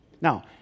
Now